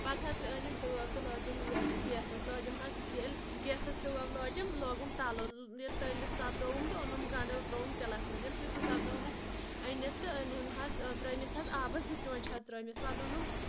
پَتہٕ حظ أنِم تٲو تہٕ لٲجِم یَتھ گیسَس لٲجِم حظ ییٚلہِ گیسَس تٲو لٲجِم لوگُم تَلُن ییٚلہِ تٔلِتھ سپدووُم تہٕ اوٚنُم گنٛڈ ترووُم تِلَس منٛز ییٚلہِ سُہ تہِ سپدووُم وۄنۍ أنِتھ تہٕ أنِن حظ ترٛٲومس حظ آبَس زٕ چونٛچہٕ حظ ترٛٲومِس پَتہٕ اوٚنُم